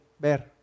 ver